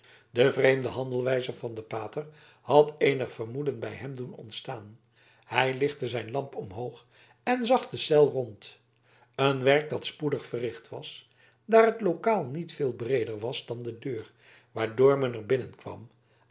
de vreemde handelwijze van den pater had eenig vermoeden bij hem doen ontstaan hij lichtte zijn lamp omhoog en zag de cel rond een werk dat spoedig verricht was daar het lokaal niet veel breeder was dan de deur waardoor men er binnenkwam